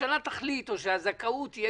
הממשלה תחליט או שהזכאות תהיה